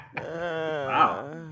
Wow